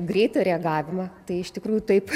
greitą reagavimą tai iš tikrųjų taip